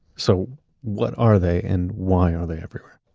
so what are they and why are they everywhere?